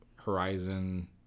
horizon